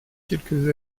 quelques